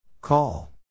call